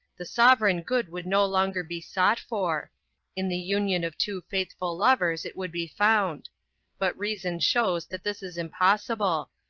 the sovereign good would no longer be sought for in the union of two faithful lovers it would be found but reason shows that this is impossible,